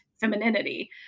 femininity